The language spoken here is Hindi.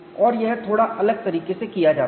और यह थोड़ा अलग तरीके से किया जाता है